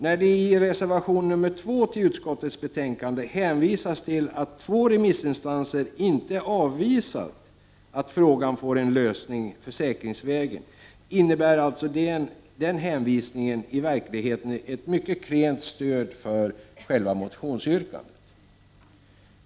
När det i reservation nr 2 till utskottets betänkande hänvisas till att två remissinstanser inte avvisat att frågan får en lösning försäkringsvägen innebär alltså den hänvisningen i verkligheten ett mycket klent stöd för själva motionsyrkandet.